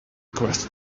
requests